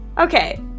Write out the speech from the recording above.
Okay